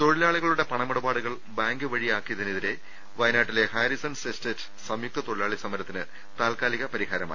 തൊഴിലാളികളുടെ പണമിടപാടുകൾ ബാങ്ക് വഴിയാക്കിയതിനെതിരെ വയനാട്ടിലെ ഹാരിസൺസ് എസ്റ്റേറ്റ് സംയുക്ത തൊഴിലാളി സമരത്തിന് താല്ക്കാലിക പരിഹാരമായി